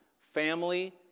family